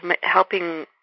helping